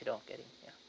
don't get it ya